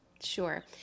Sure